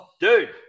Dude